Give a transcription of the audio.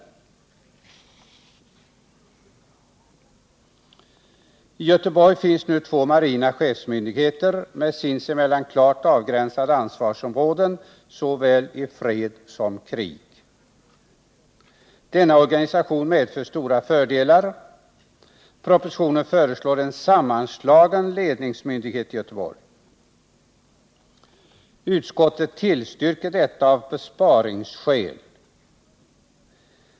I Göteborg finns nu två marina chefsmyndigheter med sinsemellan klart avgränsade ansvarsområden i såväl fred som krig. Denna organisation medför stora fördelar. Propositionen föreslår en sammanslagen ledningsmyndighet i Göteborg. Utskottet tillstyrker detta av besparingsskäl.